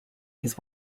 his